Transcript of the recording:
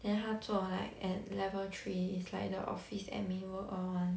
then 他做 like at level three is like the office admin work all one